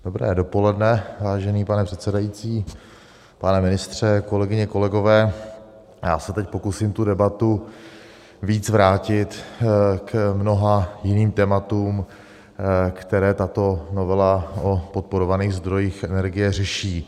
Dobré dopoledne, vážený pane předsedající, pane ministře, kolegyně, kolegové, já se teď pokusím debatu víc vrátit k mnoha jiným tématům, která tato novela o podporovaných zdrojích energie řeší.